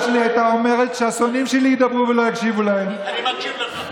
אני קורא לך,